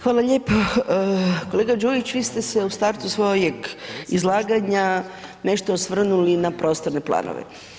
Hvala lijepo, kolega Đujić, vi ste se u startu svojeg izlaganja nešto osvrnuli na prostorne planove.